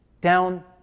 down